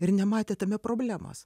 ir nematė tame problemos